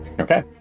okay